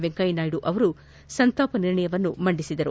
ವೆಂಕಯ್ಯ ನಾಯ್ದು ಸಂತಾಪ ನಿರ್ಣಯ ಮಂಡಿಸಿದರು